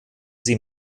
sie